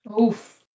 Oof